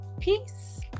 peace